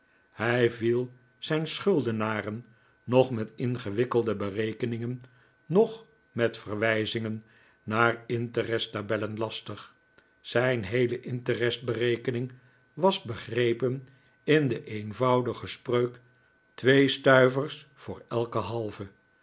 hij viel zijn schuldenaren noch met ingewikkelde berekeningen noch met verwijzingen naar interest tabellen lastig zijn heele interestberekening was begrepen in de eenvoudige gouden spreuk twee stuivers voor elken halven